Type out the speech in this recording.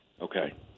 Okay